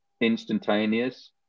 instantaneous